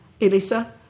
Elisa